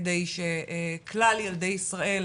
כדי שכלל ילדי ישראל,